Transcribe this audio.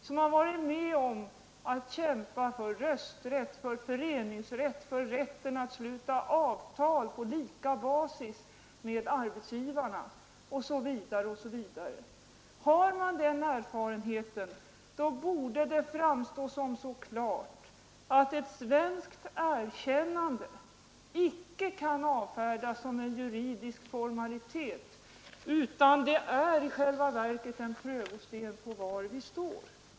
Vi har varit med om att kämpa för rösträtt, för föreningsrätt, för rätten att sluta avtal på lika basis med arbetsgivarna osv. Har man den erfarenheten, då borde det framstå som klart att ett svenskt erkännande icke kan avfärdas som en juridisk formalitet. Det är i själva verket en prövosten på var vi står.